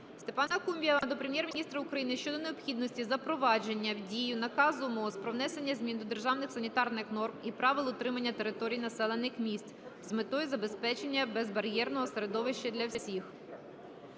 Степана Кубіва до Прем'єр-міністра України щодо необхідності запровадження в дію наказу МОЗ "Про внесення змін до Державних санітарних норм і правил утримання територій населених місць" з метою забезпечення безбар'єрного середовища для всіх.